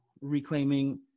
reclaiming